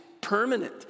permanent